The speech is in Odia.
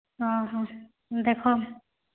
ହଁ ହଁ ଦେଖ